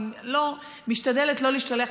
אני משתדלת לא להשתלח.